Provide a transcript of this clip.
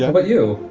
yeah but you.